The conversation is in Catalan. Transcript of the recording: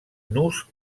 nus